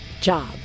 job